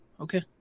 Okay